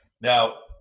Now